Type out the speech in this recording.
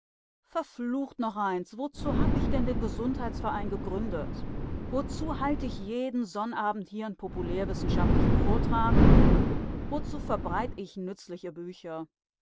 verflucht noch eins wozu hab ich denn den gesundheitsverein gegründet wozu halt ich jeden sonnabend hier n populär wissenschaftlichen vortrag wozu verbreit ich nützliche bücher